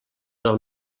del